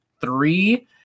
three